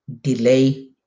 delay